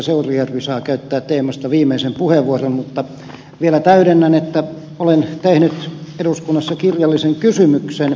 seurujärvi saa käyttää teemasta viimeisen puheenvuoron mutta vielä täydennän että olen tehnyt eduskunnassa kirjallisen kysymyksen